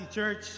Church